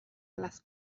las